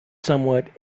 somewhat